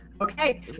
okay